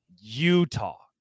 Utah